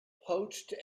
poached